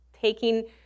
taking